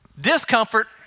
discomfort